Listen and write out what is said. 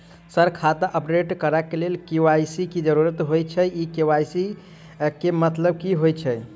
Sir खाता update करऽ लेल के.वाई.सी की जरुरत होइ छैय इ के.वाई.सी केँ मतलब की होइ छैय?